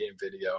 video